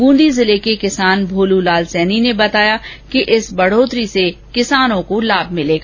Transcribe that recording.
बून्दी जिले के किसान भोलू लाल सैनी ने बताया कि इस बढ़ोतरी से किसानों को लाभ भिलेगा